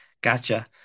gotcha